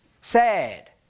Sad